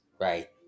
Right